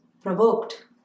provoked